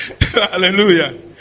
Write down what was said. Hallelujah